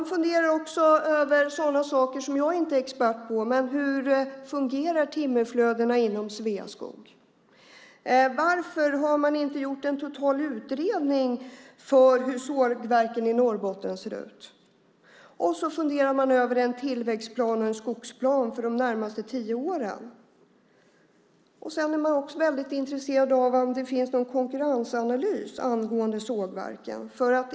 Man funderar också över sådana saker som jag inte är expert på, till exempel hur timmerflödena fungerar inom Sveaskog. Varför har man inte gjort en total utredning av hur sågverken i Norrbotten ser ut? Dessutom funderar man över en tillväxtplan och en skogsplan för de närmaste tio åren. Sedan är man också väldigt intresserad av om det finns någon konkurrensanalys angående sågverken.